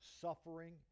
suffering